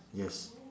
yes